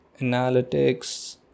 analytics